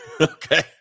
Okay